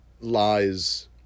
lies